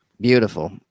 Beautiful